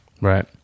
Right